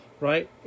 right